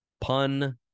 pun